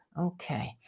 Okay